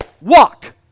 Walk